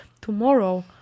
tomorrow